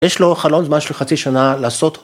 יש לו חלון זמן של חצי שנה לעשות.